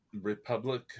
Republic